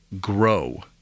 grow